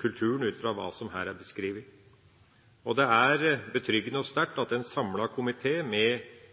kulturen, ut fra hva som her er beskrevet. Det er betryggende og sterkt at en samlet komité, med